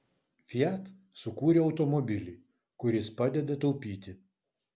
fiat sukūrė automobilį kuris padeda taupyti